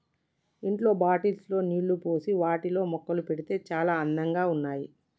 ఇంట్లో బాటిల్స్ లో నీళ్లు పోసి వాటిలో మొక్కలు పెడితే చాల అందంగా ఉన్నాయి